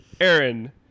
Aaron